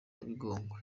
bigogwe